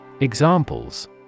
Examples